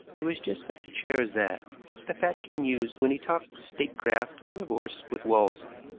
it was just such a chair as that which the fat king used when he talked statecraft or divorce with wolsey.